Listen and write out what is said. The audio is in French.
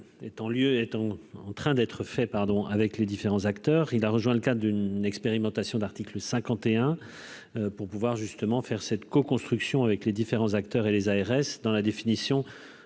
lieu étant en train d'être fait, pardon, avec les différents acteurs, il a rejoint le cas d'une expérimentation d'article 51 pour pouvoir justement faire cette co-construction avec les différents acteurs et les ARS dans la définition